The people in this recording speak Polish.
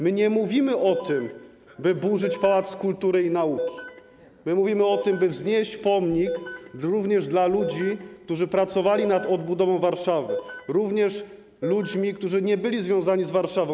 My nie mówimy o tym, by burzyć Pałac Kultury i Nauki, my mówimy o tym, by wznieść pomnik również dla ludzi, którzy pracowali nad odbudową Warszawy, również ludzi, którzy nie byli związani z Warszawą.